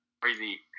crazy